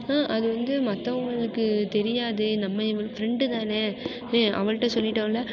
அது வந்து மற்றவங்களுக்கு தெரியாது நம்ம ஃப்ரெண்டு தானே அவள்கிட்ட சொல்லிவிட்டோன்ல